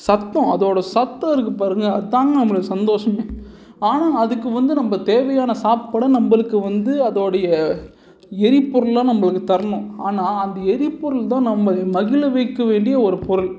சத்தம் அதோடய சத்தம் இருக்குது பாருங்கள் அதாங்க நம்மளுக்கு சந்தோஷமே ஆனால் அதுக்கு வந்து நம்ம தேவையான சாப்பாடை நம்மளுக்கு வந்து அதோடைய எரிபொருள்லாம் நம்ம அதுக்கு தரணும் ஆனால் அந்த எரிபொருள் தான் நம்ம மகிழ வைக்க வேண்டிய ஒரு பொருள்